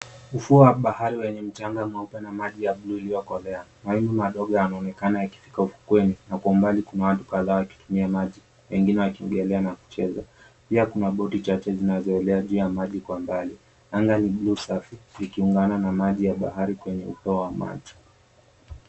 Ufuo wa bahari wenye mchanga mweupe na maji ya blue iliyokolea. Mawingu madogo yanaonekana yakifika ufukweni na kwa umbali kuna watu kadhaa wakitumia maji, wengine wakiogelea na kucheza pia kuna boti chache zinazoelea juu ya maji kwa mbali. Anga ni blue safi likiungana na maji ya bahari kwenye upeo wa macho.